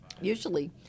Usually